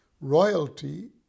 royalty